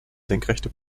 senkrechte